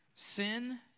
Sin